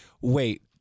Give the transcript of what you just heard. Wait